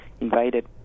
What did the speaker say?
invited